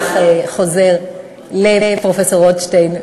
שלח חוזר לפרופסור רוטשטיין,